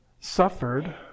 suffered